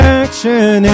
action